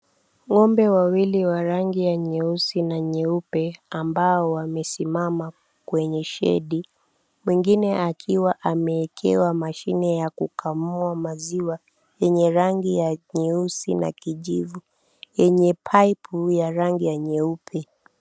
Ng’ombe wawili wa rangi ya nyeusi na nyeupe, ambao wamesimama kwenye shedi, mmoja akiwa amewekewa mashine ya kukamua maziwa yenye rangi ya nyeusi na kijivu, yenye paipu ya rangi nyeupe.